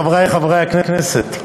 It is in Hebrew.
חברי חברי הכנסת,